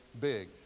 big